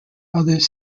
others